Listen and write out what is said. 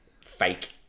fake